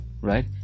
right